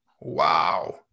Wow